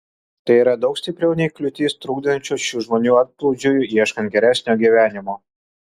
tai yra daug stipriau nei kliūtys trukdančios šių žmonių antplūdžiui ieškant geresnio gyvenimo